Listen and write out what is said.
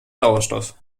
sauerstoff